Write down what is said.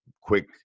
quick